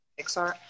Pixar